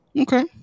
Okay